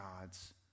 God's